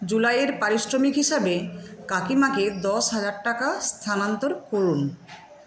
July এর পারিশ্রমিক হিসেবে কাকিমা কে দশ হাজার টাকা স্থানান্তর করুন